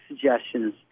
suggestions